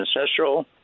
ancestral